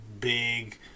big